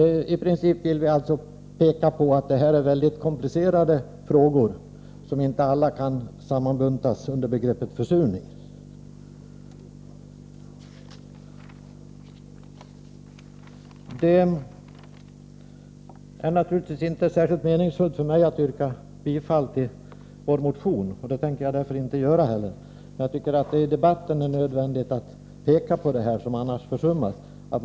I princip vill vi alltså peka på att detta är mycket komplicerade frågor som inte alla kan sammanbuntas under begreppet försurning. Det är naturligtvis inte särskilt meningsfullt för mig att yrka bifall till vår motion, och det tänker jag inte heller göra. Men jag tycker att det i debatten är nödvändigt att peka på detta som annars försummas.